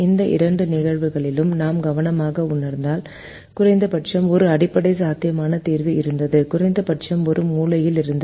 இந்த இரண்டு நிகழ்வுகளிலும் நாம் கவனமாக உணர்ந்தால் குறைந்தபட்சம் ஒரு அடிப்படை சாத்தியமான தீர்வு இருந்தது குறைந்தபட்சம் ஒரு மூலையில் இருந்தது